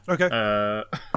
Okay